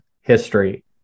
History